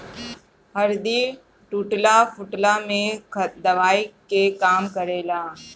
हरदी टूटला फुटला में दवाई के काम करेला